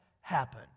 happen